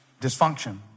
dysfunction